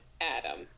Adam